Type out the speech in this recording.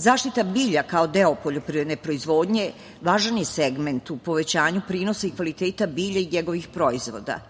Zaštita bilja, kao deo poljoprivredne proizvodnje, važan je segment u povećanju prinosa i kvaliteta bilja i njegovih proizvoda.